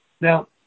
Now